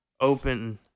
open